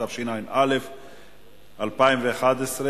התשע"א 2011,